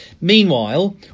Meanwhile